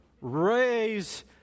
Raise